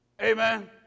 Amen